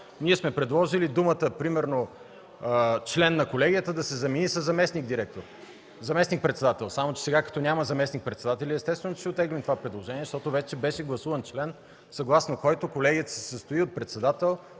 ние сме предложили думите примерно „член на колегията” да се заменят със „заместник-председател”. Само че сега като няма заместник-председатели, естествено че ще оттеглим това предложение, защото вече беше гласуван член, съгласно който колегията се състои от председател